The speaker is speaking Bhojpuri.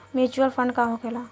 म्यूचुअल फंड का होखेला?